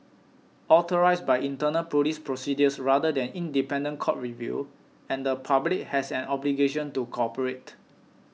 authorised by internal police procedures rather than independent court review and the public has an obligation to cooperate